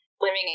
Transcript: living